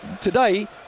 today